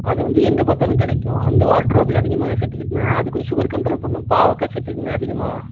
அது வந்து எங்கே பார்த்தாலும் கிடைக்கும் அந்த வாட்டர் ஆப்பிள் அதிகமாக சேர்த்துக்கிட்டிங்கனா அது கொஞ்சம் சுகர் கண்ட்ரோல் பண்ணும் பாவக்காய் சேர்த்துக்குங்க அதிகமாக